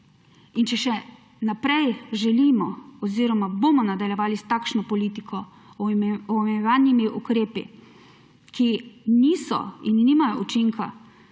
In če še naprej želimo oziroma bomo nadaljevali s takšno politiko, omejevalnimi ukrepi, ki niso in nimajo učinka,